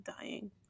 dying